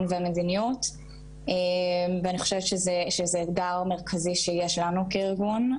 והמדיניות ואני חושבת שזה אתגר מרכזי שיש לנו כארגון.